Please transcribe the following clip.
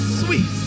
sweet